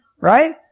right